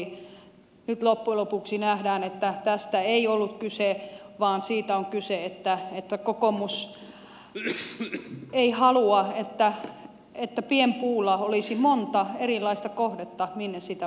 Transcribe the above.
nyt loppujen lopuksi nähdään että tästä ei ollut kyse vaan on kyse siitä että kokoomus ei halua että pienpuulla olisi monta erilaista kohdetta minne sitä voitaisiin käyttää